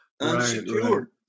unsecured